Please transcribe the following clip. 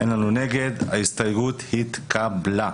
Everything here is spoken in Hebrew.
אין מתנגדים ההסתייגות התקבלה.